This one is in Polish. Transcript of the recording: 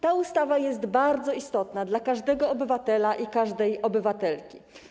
Ta ustawa jest bardzo istotna dla każdego obywatela i każdej obywatelki.